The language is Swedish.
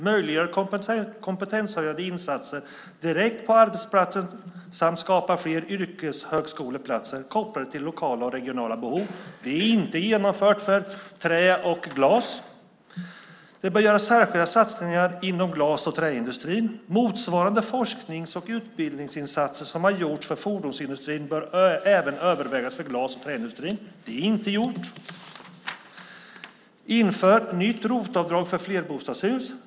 Möjliggör kompetenshöjande insatser direkt på arbetsplatsen samt skapa fler yrkeshögskoleplatser kopplade till lokala och regionala behov. Det är inte genomfört för trä och glasindustrierna. Det bör göras särskilda satsningar inom glas och träindustrierna. Motsvarande forsknings och utbildningsinsatser som har gjorts för fordonsindustrin bör även övervägas för glas och träindustrierna. Det är inte gjort. Inför ett nytt ROT-avdrag för flerbostadshus.